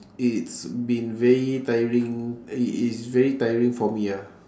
it's been very tiring it is very tiring for me ah